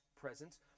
presence